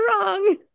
wrong